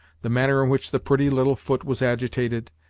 the manner in which the pretty little foot was agitated,